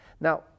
now